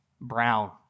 Brown